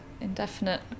indefinite